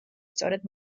სწორედ